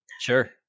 Sure